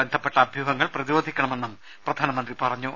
ബന്ധപ്പെട്ട അഭ്യൂഹങ്ങൾ പ്രതിരോധിക്കണമെന്നും പ്രധാനമന്ത്രി പറഞ്ഞു